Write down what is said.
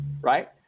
right